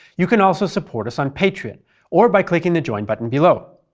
you can also support us on patreon or by clicking the join button below.